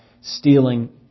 stealing